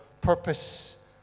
purpose